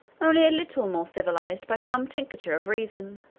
only a little more civilized by some tincture of reason,